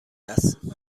است